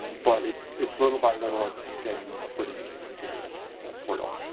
but it's it's little by little it's getting put in into the portal.